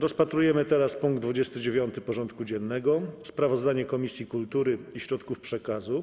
Przystępujemy do rozpatrzenia punktu 29. porządku dziennego: Sprawozdanie Komisji Kultury i Środków Przekazu